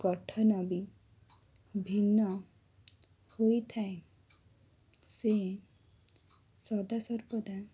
ଗଠନ ବି ଭିନ୍ନ ହୋଇଥାଏ ସେ ସଦାସର୍ବଦା